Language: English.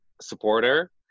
supporter